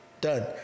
Done